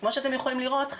כמו שאתם יכולים לראות,